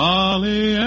Molly